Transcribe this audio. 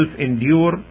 endure